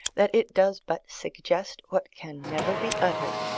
that it does but suggest what can never be uttered,